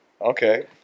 Okay